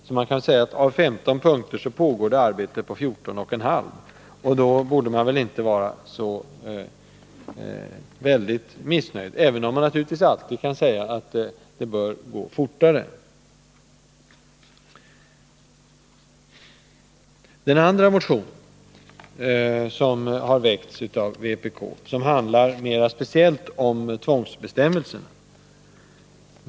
Man kan därför säga att det pågår arbete på 14 1/2 av de 15 punkterna. Då borde inte Jörn Svensson vara så oerhört missnöjd, även om han naturligtvis alltid kan önska att det bör gå fortare. Läget är likadant när det gäller den andra motionen som har väckts av vpk och som mera speciellt handlar om tvångsbestämmelser.